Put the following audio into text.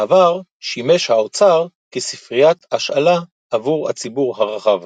בעבר שימש האוצר כספריית השאלה עבור הציבור הרחב.